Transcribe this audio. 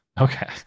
Okay